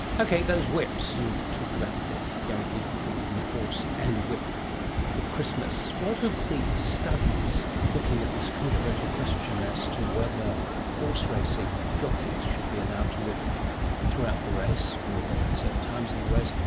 okay, those whips you talked about, the young people being given a horse and a whip at christmas. what of the studies looking at this controversial question as to whether horseracing jockeys should be allowed to whip throughout the race or at certain times of the race?